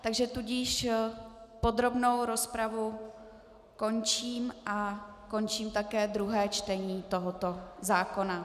Takže tudíž podrobnou rozpravu končím a končím také druhé čtení tohoto zákona.